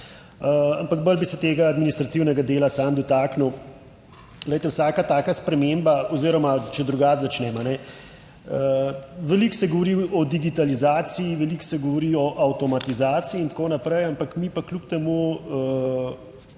ampak bolj bi se tega administrativnega dela sam dotaknil. Glejte, vsaka taka sprememba oziroma če drugače začnem, veliko se govori o digitalizaciji, veliko se govori o avtomatizaciji in tako naprej, ampak mi pa kljub temu